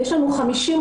בזמנו,